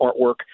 artwork